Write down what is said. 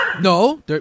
No